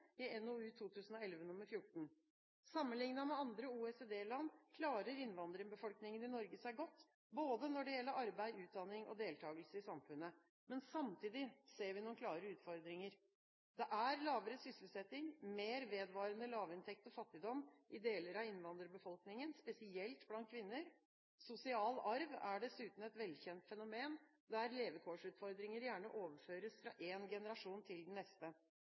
i NOU 2011:14. Sammenlignet med andre OECD-land klarer innvandrerbefolkningen i Norge seg godt både når det gjelder arbeid, utdanning og deltakelse i samfunnet, men samtidig ser vi noen klare utfordringer. Det er lavere sysselsetting, mer vedvarende lavinntekt og fattigdom i deler av innvandrerbefolkningen, spesielt blant kvinner. Sosial arv er dessuten et velkjent fenomen, der levekårsutfordringer gjerne overføres fra en generasjon til den neste.